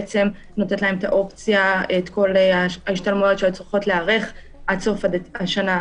ונותנת להם את כל ההשתלמויות שהיו צריכות להיערך עד סוף השנה,